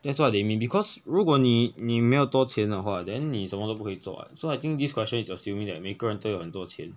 that's what they mean because 如果你你没有多钱的话 then 你什么都不可以做 what so I think this question is assuming that 每个人都有很多钱